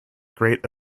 great